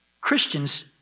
Christians